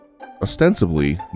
ostensibly